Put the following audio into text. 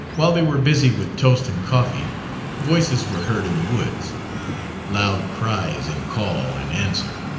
while they were busy with toast and coffee voices were heard in the woods loud cries in call and answer.